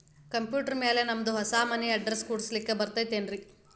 Computer ಮ್ಯಾಲೆ ನಮ್ದು ಹೊಸಾ ಮನಿ ಅಡ್ರೆಸ್ ಕುಡ್ಸ್ಲಿಕ್ಕೆ ಬರತೈತ್ರಿ?